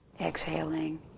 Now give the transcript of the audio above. exhaling